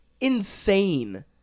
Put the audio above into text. insane